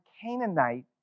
Canaanite